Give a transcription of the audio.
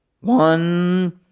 one